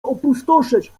opustoszeć